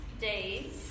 days